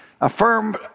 affirm